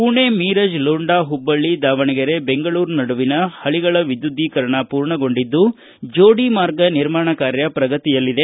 ಪುಣೆ ಮೀರಜ್ ಲೋಂಡಾ ಹಬ್ಬಳ್ಳ ದಾವಣಗೆರೆ ಬೆಂಗಳೂರು ನಡುವಿನ ಹಳಗಳ ವಿದ್ಯುದ್ದೀಕರಣ ಪೂರ್ಣಗೊಂಡಿದ್ದು ಜೋಡಿ ಮಾರ್ಗ ನಿರ್ಮಾಣ ಕಾರ್ಯ ಪ್ರಗತಿಯಲ್ಲಿದೆ